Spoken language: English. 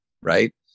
right